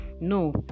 no